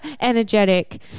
energetic